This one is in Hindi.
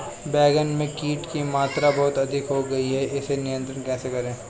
बैगन में कीट की मात्रा बहुत अधिक हो गई है इसे नियंत्रण कैसे करें?